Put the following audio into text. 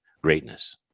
greatness